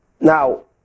Now